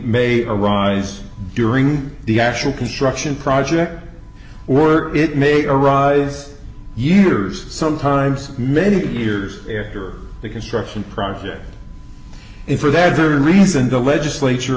may arise during the actual construction project work it made arise years sometimes many years after the construction project for that very reason the legislature